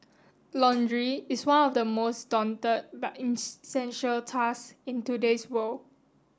laundry is one of the most daunted but tasks in today's world